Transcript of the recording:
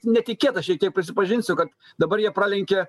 netikėta šiek tiek prisipažinsiu kad dabar jie pralenkė